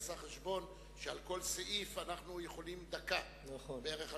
עשה חשבון שעל כל סעיף אנחנו יכולים לדון דקה בערך,